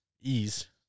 ease